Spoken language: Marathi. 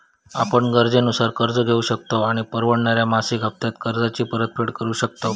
आपण गरजेनुसार कर्ज घेउ शकतव आणि परवडणाऱ्या मासिक हप्त्त्यांत कर्जाची परतफेड करु शकतव